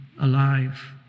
alive